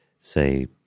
say